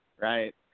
right